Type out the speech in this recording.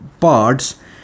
parts